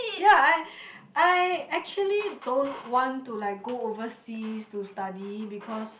ya I I actually don't want to like go overseas to study because